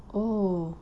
oh